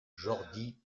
jordi